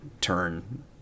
turn